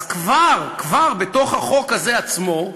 אז כבר, כבר בתוך החוק עצמו,